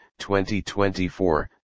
2024